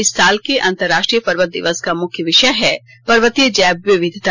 इस साल के अंतरराष्ट्रीय पर्वत दिवस का मुख्य विषय है पर्वतीय जैव विविधता